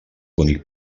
bonic